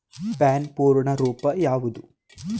PAN ಪೂರ್ಣ ರೂಪ ಯಾವುದು?